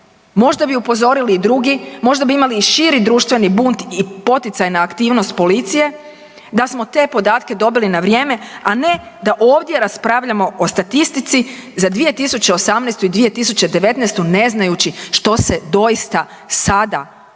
Možda bi upozorili i drugi, možda bi imali i širi društveni bunt i poticajnu aktivnost policije da smo te podatke dobili na vrijeme, a ne da ovdje raspravljamo o statistici za 2018. i 2019. ne znajući što se doista sada